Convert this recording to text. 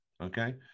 Okay